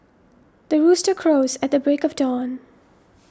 the rooster crows at the break of dawn